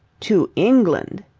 to england,